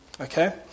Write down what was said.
okay